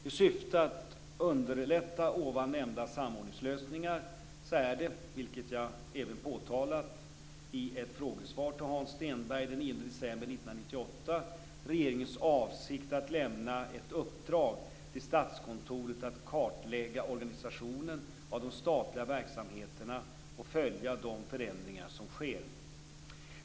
I syfte att underlätta ovan nämnda samordningslösningar är det, vilket jag även påpekat i ett frågesvar till Hans Stenberg den 9 december 1998, regeringens avsikt att lämna ett uppdrag till Statskontoret att kartlägga organisationen av de statliga verksamheterna och följa de förändringar som sker.